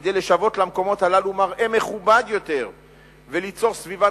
כדי לשוות למקומות הללו מראה מכובד יותר וליצור סביבה